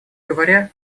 говоря